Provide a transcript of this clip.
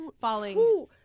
falling